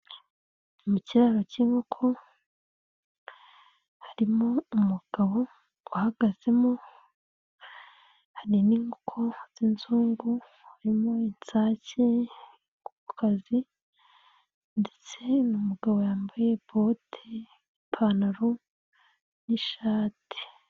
Mu kiraro cy'inkoko, harimo umugabo uhagazemo harimo inkoko z'inzungu, harimo insake, inkokazi ndetse n'umugabo yambaye pote, ipantaro n'ishati.